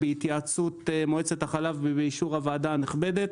בהתייעצות עם מועצת החלב ובאישור הוועדה הנכבדת,